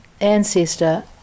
Ancestor